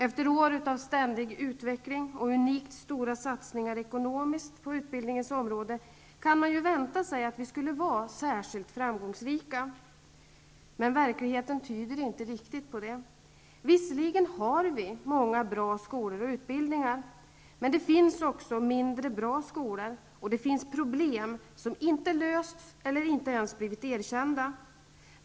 Efter år av ständig utveckling och unikt stora satsningar ekonomiskt på utbildningens område kan man ju vänta sig att vi skulle vara särskilt framgångsrika. Men verkligheten tyder inte riktigt på det. Visserligen har vi många bra skolor och utbildningar. Men det finns också mindre bra skolor och problem som inte lösts eller ens blivit erkända.